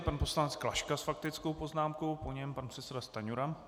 Pan poslanec Klaška s faktickou poznámkou, po něm pan předseda Stanjura.